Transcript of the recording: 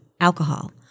alcohol